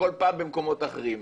כל פעם במקומות אחרים.